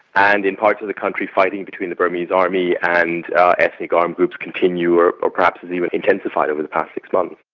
and in parts of the country fighting between the burmese army and ethnic armed groups continues or or perhaps has even intensified over the past six months.